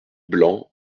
blanc